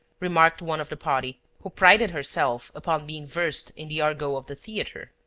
remarked one of the party, who prided herself upon being versed in the argot of the theatre.